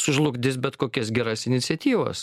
sužlugdys bet kokias geras iniciatyvas